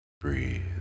Breathe